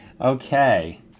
Okay